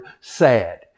sad